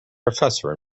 professor